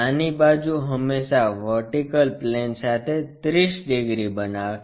નાની બાજુ હંમેશા વર્ટિકલ પ્લેન સાથે 30 ડિગ્રી બનાવે છે